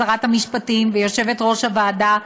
שרת המשפטים ויושבת-ראש הוועדה,